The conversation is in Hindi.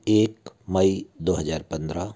एक मई दो हज़ार पंद्रह